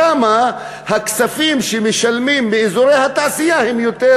והכספים שמשלמים באזורי התעשייה הם יותר